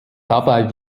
dabei